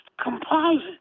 composite